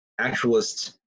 actualists